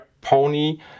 pony